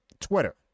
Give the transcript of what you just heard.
Twitter